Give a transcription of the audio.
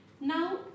Now